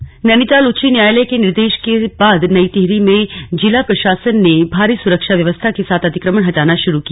संक्षिप्त नैनीताल उच्च न्यायालय के निर्देश के बाद नई टिहरी में जिला प्रशासन ने भारी सुरक्षा व्यवस्था के साथ अतिक्रमण हटाना शुरू किया